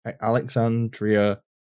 Alexandria